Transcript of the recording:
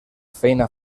feina